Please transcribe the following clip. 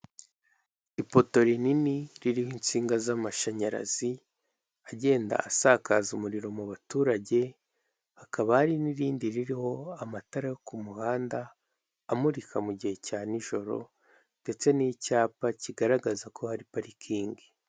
Ipoto rinini ririho insinga z'amashanyarazi agenda asakaza umuriro mu baturage, hakaba hari n'irindi ririho amatara yo ku muhanda amurika mu gihe cya n'ijoro ndetse n'icyapa kigaragaza ko hari parikingi.